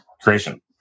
creation